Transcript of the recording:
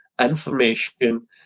information